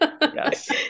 yes